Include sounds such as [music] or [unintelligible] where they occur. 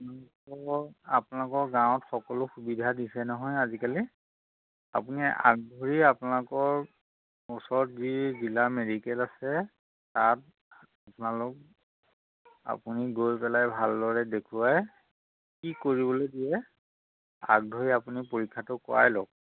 [unintelligible] আপোনালোক আপোনালোকৰ গাঁৱত সকলো সুবিধা দিছে নহয় আজিকালি আপুনি আগ ধৰি আপোনালোকৰ ওচৰত যি জিলা মেডিকেল আছে তাত আপোনালোক আপুনি গৈ পেলাই ভালদৰে দেখুৱাই কি কৰিবলে দিয়ে আগধৰি আপুনি পৰীক্ষাটো কৰাই লওক